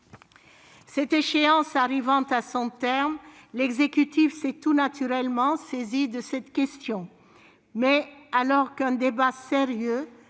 Cette échéance arrivant à son terme, l'exécutif s'est tout naturellement saisi de cette question. Mais, alors qu'un débat sérieux